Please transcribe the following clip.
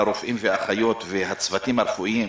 שהרופאים והאחיות והצוותים הרפואיים,